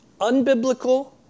unbiblical